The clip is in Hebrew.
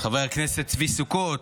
חבר הכנסת צבי סוכות,